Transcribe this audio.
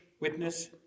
witness